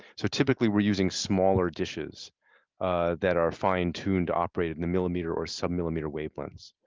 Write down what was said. so typically we're using smaller dishes that are fine tuned operated in the millimeter or submillimeter wave lengths.